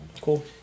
Cool